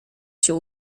się